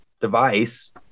device